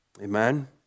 Amen